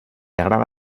agrada